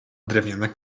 drewniana